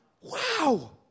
Wow